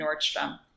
Nordstrom